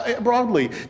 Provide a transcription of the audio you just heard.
broadly